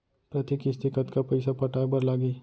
प्रति किस्ती कतका पइसा पटाये बर लागही?